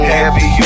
heavy